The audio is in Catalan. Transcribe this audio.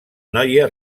noia